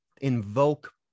invoke